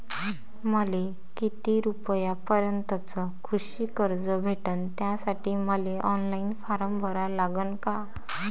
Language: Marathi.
मले किती रूपयापर्यंतचं कृषी कर्ज भेटन, त्यासाठी मले ऑनलाईन फारम भरा लागन का?